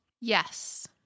Yes